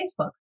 Facebook